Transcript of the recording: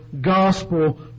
gospel